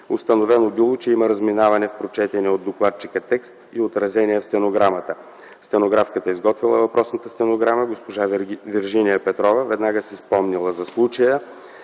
Установено било, че има разминаване в прочетения от докладчика текст и отразения в стенограмата. Стенографката, изготвила въпросната стенограма – госпожа Виржиния Петрова, веднага си спомнила за случая